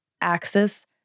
axis